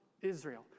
Israel